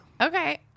Okay